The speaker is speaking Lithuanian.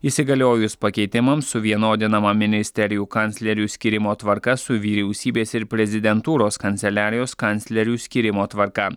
įsigaliojus pakeitimams suvienodinama ministerijų kanclerių skyrimo tvarka su vyriausybės ir prezidentūros kanceliarijos kanclerių skyrimo tvarka